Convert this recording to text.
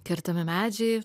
kertami medžiai